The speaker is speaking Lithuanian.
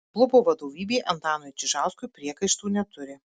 klubo vadovybė antanui čižauskui priekaištų neturi